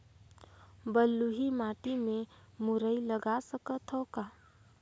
बलुही माटी मे मुरई लगा सकथव का?